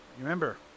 Remember